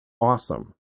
awesome